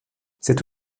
cet